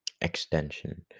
extension